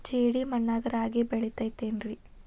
ಜೇಡಿ ಮಣ್ಣಾಗ ರಾಗಿ ಬೆಳಿತೈತೇನ್ರಿ?